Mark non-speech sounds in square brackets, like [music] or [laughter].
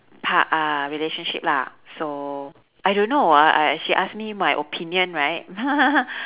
pa~ uh relationship lah so I don't know uh uh she ask me my opinion right [laughs]